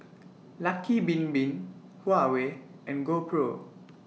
Lucky Bin Bin Huawei and GoPro